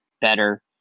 better